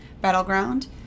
battleground